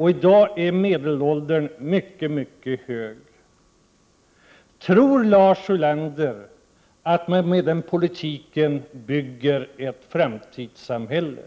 I dag är medelåldern mycket hög. Tror Lars Ulander att man med den politiken bygger ett framtidssamhälle?